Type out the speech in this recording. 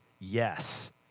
Yes